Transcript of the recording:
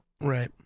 Right